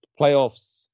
playoffs